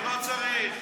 לא צריך,